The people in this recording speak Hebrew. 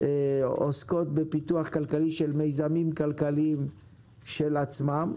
עוסקות בפיתוח כלכלי של מיזמים כלכליים של עצמם?